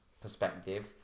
perspective